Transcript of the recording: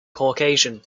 caucasian